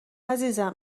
عزیزم